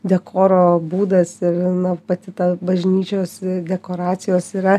dekoro būdas ir na pati ta bažnyčios dekoracijos yra